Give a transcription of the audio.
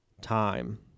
time